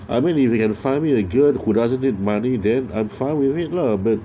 I mean if you can find me a girl who doesn't need money then I'm fine with it lah but